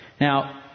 Now